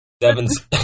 Devin's